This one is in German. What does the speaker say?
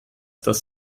dass